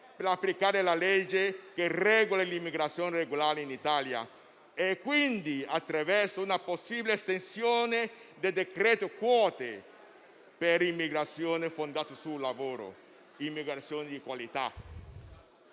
di applicare la legge che disciplina l'immigrazione regolare in Italia, quindi attraverso una possibile estensione del decreto quote per l'immigrazione fondata sul lavoro, che è immigrazione di qualità.